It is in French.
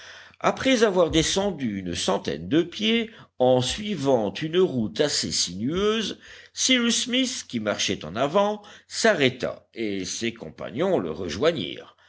après avoir descendu une centaine de pieds en suivant une route assez sinueuse cyrus smith qui marchait en avant s'arrêta et ses compagnons le rejoignirent